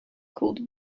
called